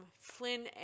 Flynn